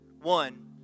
One